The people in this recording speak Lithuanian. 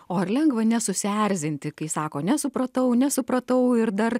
o ar lengva nesusierzinti kai sako nesupratau nesupratau ir dar